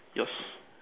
yours